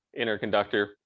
interconductor